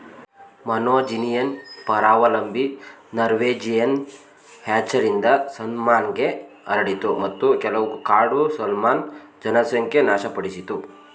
monogenean ಪರಾವಲಂಬಿ Norwegian ಹ್ಯಾಚರಿಂದ ಸಾಲ್ಮನ್ಗೆ ಹರಡಿತು ಮತ್ತು ಕೆಲವು ಕಾಡು ಸಾಲ್ಮನ್ ಜನಸಂಖ್ಯೆ ನಾಶಪಡಿಸಿತು